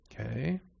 okay